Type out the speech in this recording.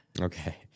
Okay